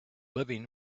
living